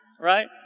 right